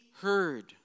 heard